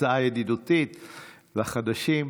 הצעה ידידותית לחדשים,